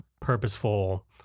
purposeful